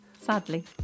Sadly